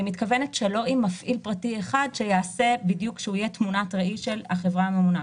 אני מתכוונת שלא עם מפעיל פרטי אחד שיהיה תמונת ראי של החברה הממונה.